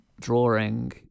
drawing